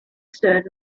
stood